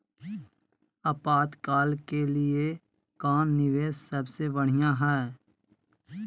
आपातकाल के लिए कौन निवेस सबसे बढ़िया है?